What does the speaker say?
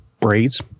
braids